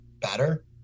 better